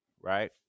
right